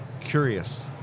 curious